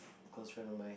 close friend of mine